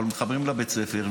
אבל מתחברים לבית ספר,